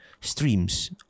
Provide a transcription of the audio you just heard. streams